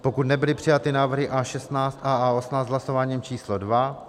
pokud nebyly přijaty návrhy A16 a A18 hlasováním číslo dvě